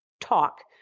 talk